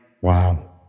wow